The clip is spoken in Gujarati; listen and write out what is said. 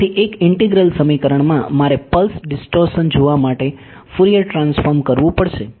તેથી એક ઇન્ટિગ્રલ સમીકરણમાં મારે પલ્સ ડીસ્ટોર્શન જોવા માટે ફુરિયર ટ્રાન્સફોર્મ કરવું પડશે